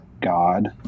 God